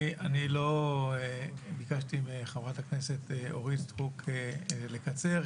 אני לא ביקשתי מחברת הכנסת אורית סטרוק לקצר,